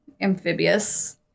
amphibious